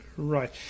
Right